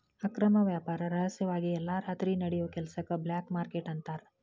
ಅಕ್ರಮ ವ್ಯಾಪಾರ ರಹಸ್ಯವಾಗಿ ಎಲ್ಲಾ ರಾತ್ರಿ ನಡಿಯೋ ಕೆಲಸಕ್ಕ ಬ್ಲ್ಯಾಕ್ ಮಾರ್ಕೇಟ್ ಅಂತಾರ